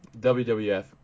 WWF